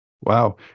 Wow